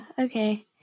okay